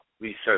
research